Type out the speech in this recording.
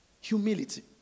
Humility